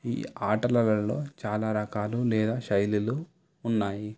ఈ ఆటలలో చాలా రకాలు లేదా శైలిలు ఉన్నాయి